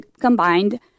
combined